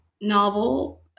novel